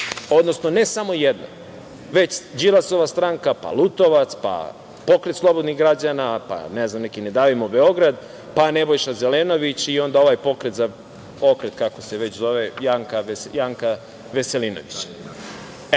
odnosno, ne samo jedna, već Đilasova stranka, pa Lutovac, pa Pokret slobodnih građana, pa neki „Ne davimo Beograd“, pa Nebojša Zelenović i onda ovaj pokret Janka Veselinovića.